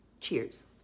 Cheers